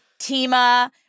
Tima